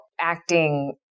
acting